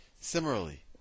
Similarly